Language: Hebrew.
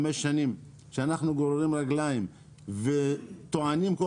חמש שנים שאנחנו גוררים רגליים וטוענים כל